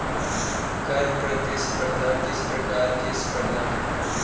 कर प्रतिस्पर्धा किस प्रकार की स्पर्धा है?